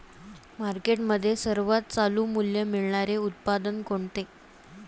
मार्केटमध्ये सर्वात चालू मूल्य मिळणारे उत्पादन कोणते?